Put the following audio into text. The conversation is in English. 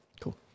cool